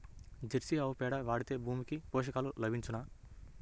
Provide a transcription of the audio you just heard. Jersey ఆవు పేడ వాడితే భూమికి పోషకాలు లభించునా?